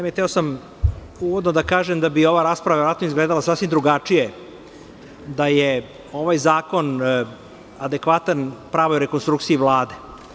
Hteo sam u uvodu da kažem da bi ova rasprava verovatno izgledala sasvim drugačije da je ovaj zakon adekvatan pravoj rekonstrukciji Vlade.